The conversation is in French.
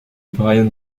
brian